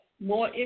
more